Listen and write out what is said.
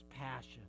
passion